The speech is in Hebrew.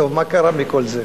טוב, מה קרה עם כל זה?